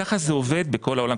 כך זה עובד בכל העולם.